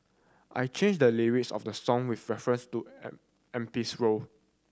I changed the lyrics of the song with reference to M M P's role